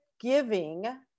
giving